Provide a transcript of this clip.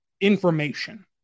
information